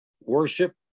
worship